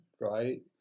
right